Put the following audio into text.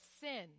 sin